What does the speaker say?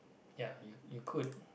ya you you could